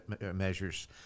measures